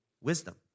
wisdom